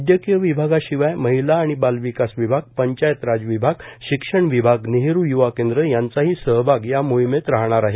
वैद्यकीय विभागाशिवाय महिला आणि बालविकास विभाग पंचायतराज विभाग शिक्षण विभाग नेहरू युवा केंद्र यांचाही सहभाग या मोहीमेत राहणार आहे